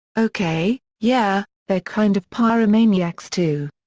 okay, yeah, they're kind of pyromaniacs too.